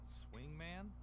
swingman